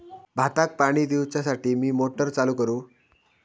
भाताक पाणी दिवच्यासाठी मी मोटर चालू करू?